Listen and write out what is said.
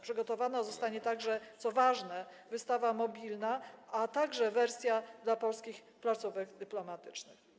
Przygotowana zostanie także, co ważne, wystawa mobilna, a także wersja dla polskich placówek dyplomatycznych.